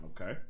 Okay